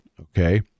okay